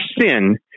sin